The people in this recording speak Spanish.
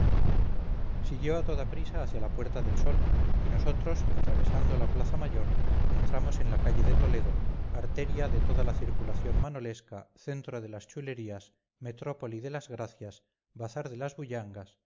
siguió a toda prisa hacia la puerta del sol y nosotros atravesando la plaza mayor entramos en la calle de toledo arteria de toda la circulación manolesca centro de las chulerías metrópoli de las gracias bazar de las bullangas